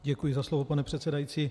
Děkuji za slovo, pane předsedající.